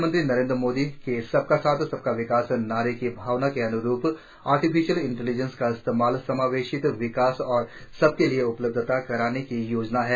प्रधानमंत्री नरेन्द्र मोदी के सबका साथ सबका विकास नारे की भावना के अन्रूप आर्टिफिशियल इंटेलिजेन्स का इस्तेमाल समावेशित विकास और सबके लिए उपलब्धता कराने की योजना है